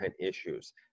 issues